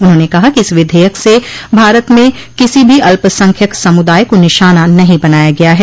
उन्होंने कहा कि इस विधेयक से भारत में किसी भी अल्पसंख्यक समुदाय को निशाना नहीं बनाया गया है